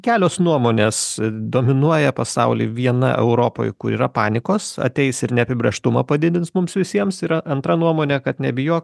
kelios nuomonės dominuoja pasauly viena europoj kur yra panikos ateis ir neapibrėžtumą padidins mums visiems yra antra nuomonė kad nebijok